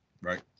right